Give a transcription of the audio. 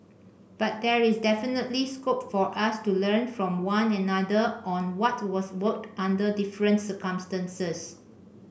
but there is definitely scope for us to learn from one another on what was worked under different circumstances